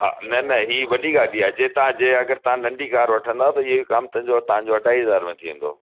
हा न न ही वॾी गाॾी आहे जंहिं तव्हांजे अगरि तव्हां नंढी कार वठंदव त इयो ई कमु तव्हांजो अढाई हज़ार में थी वेंदो